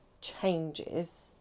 changes